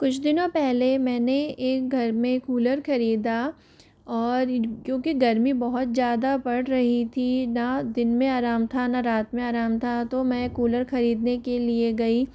कुछ दिनो पहले मैंने एक घर में कूलर खरीदा और क्योंकि गर्मी बहुत ज़्यादा बढ़ रही थी ना दिन में आराम था ना रात में आराम था तो मैं कूलर खरीदने के लिए गई